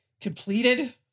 Completed